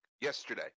Yesterday